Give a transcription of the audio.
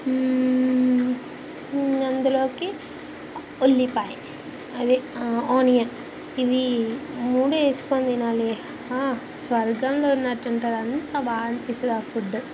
అందులోకి ఉల్లిపాయ అదే ఆనియన్ ఇవి మూడు వేసుకొని తినాలి స్వర్గంలో ఉన్నట్టుంటుంది అంత బాగనిపిస్తుంది ఆ ఫుడ్